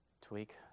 tweak